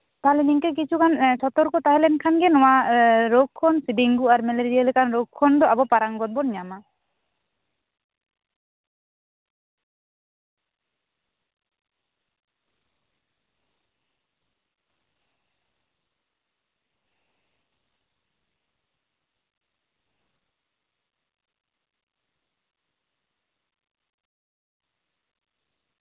ᱛᱟᱞᱚᱦᱮ ᱱᱤᱝᱠᱟᱹ ᱠᱤᱪᱷᱩᱜᱟᱱ ᱥᱚᱛᱚᱨᱠᱚ ᱛᱟᱦᱮᱸᱞᱮᱱ ᱠᱷᱟᱱ ᱜ ᱮᱸᱜ ᱨᱳᱜᱽ ᱠᱷᱚᱱ ᱰᱮᱝᱜᱩ ᱟᱨ ᱢᱮᱞᱮᱨᱤᱭᱟ ᱞᱮᱠᱟᱱ ᱨᱳᱜᱽ ᱠᱷᱚᱱ ᱫᱚ ᱟᱵᱚ ᱯᱟᱨᱟᱝᱜᱚᱛ ᱵᱚᱱ ᱧᱟᱢᱟ